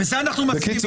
בזה אנחנו מסכימים.